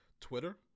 Twitter